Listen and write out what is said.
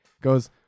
goes